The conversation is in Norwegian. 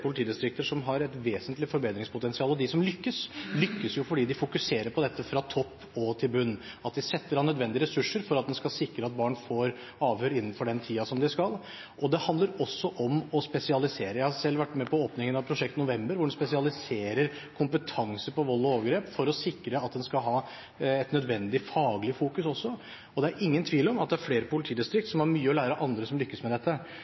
politidistrikter som har et vesentlig forbedringspotensial. De som lykkes, lykkes jo fordi de fokuserer på dette fra topp til bunn, fordi de setter av nødvendige ressurser for at en skal sikre at barn får avhør innenfor den tiden som de skal. Det handler også om å spesialisere. Jeg har selv vært med på åpningen av prosjekt November, hvor man spesialiserer kompetanse på vold og overgrep for å sikre at en skal ha et nødvendig faglig fokus også. Det er ingen tvil om at det er flere politidistrikt som har mye å lære av andre som lykkes med dette.